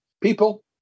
people